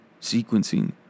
sequencing